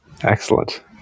Excellent